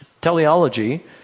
Teleology